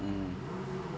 mm